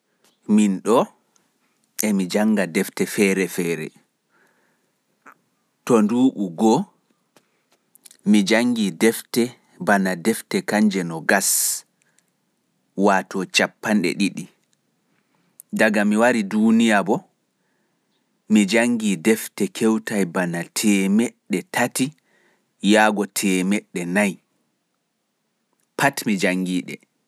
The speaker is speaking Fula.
Min ɗo emi jannga defte feere feere. To nduuɓu go(one), mi janngi defte bana kanje nogas (twenty). daga mi wari duniyaru mi janngi defte kewtai bana temeɗɗe tati yago temeɗɗe nayi (three to four hundred).